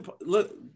Look